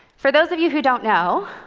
for those of you who don't know,